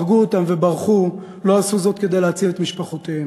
הרגו אותן וברחו לא עשו זאת כדי להציל את משפחותיהם.